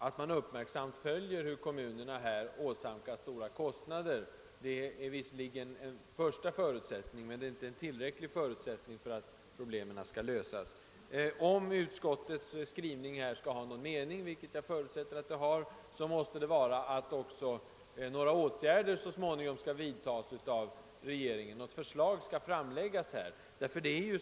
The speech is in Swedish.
Att man uppmärksamt följer hur kommunerna åsamkas stora kostnader är visserligen en första förutsättning, men inte en tillräcklig förutsättning, för en lösning. Om utskottets skrivning skall ha någon mening — vilket jag förutsätter att den har — måste också åtgärder så småningom vidtagas av regeringen och ett förslag läggas fram.